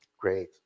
Great